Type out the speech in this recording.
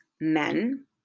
men